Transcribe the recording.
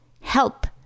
help